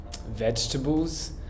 vegetables